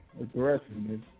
aggressiveness